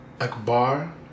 Akbar